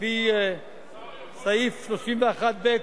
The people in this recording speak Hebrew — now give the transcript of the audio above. על-פי סעיף 31(ב)